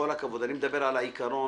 אני מדבר על העיקרון,